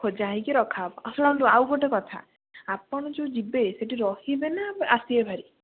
ଖୋଜା ହେଇକି ରଖାହେବ ଶୁଣନ୍ତୁ ଆଉ ଗୋଟେ କଥା ଆପଣ ଯେଉଁ ଯିବେ ସେଠି ରହିବେନା ଆସିବେ ହେରି